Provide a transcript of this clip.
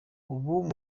ubu